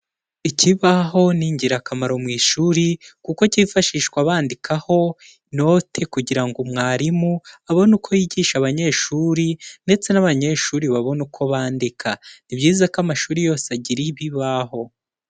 Ikibaho ni ingirakamaro mu ishuri, kuko cyifashishwa bandikaho note, kugira ngo mwarimu abone uko yigisha abanyeshuri ndetse n'abanyeshuri babone uko bandika, ni byiza ko amashuri yose agira ibibaho.